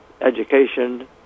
education